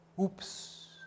oops